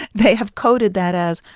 they have coded that as,